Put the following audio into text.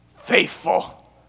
faithful